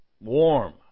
warm